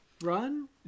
run